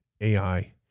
AI